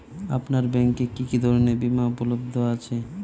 আপনার ব্যাঙ্ক এ কি কি ধরনের বিমা উপলব্ধ আছে?